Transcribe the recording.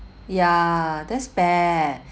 ya that's bad